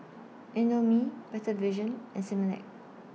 Indomie Better Vision and Similac